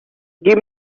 give